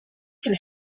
can